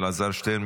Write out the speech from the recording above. אלעזר שטרן,